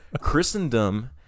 Christendom